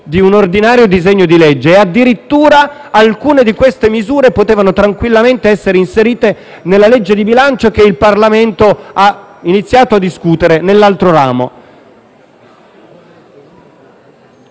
di un ordinario disegno di legge. Addirittura alcune di queste misure potevano tranquillamente essere inserite nella legge di bilancio che l'altro ramo del Parlamento ha iniziato a discutere. Crediamo